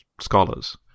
scholars